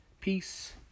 Peace